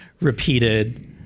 repeated